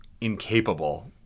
incapable